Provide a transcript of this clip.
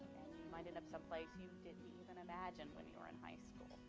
might end up someplace you didn't even imagine when you were in high school.